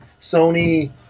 Sony